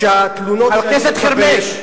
חבר הכנסת שי חרמש,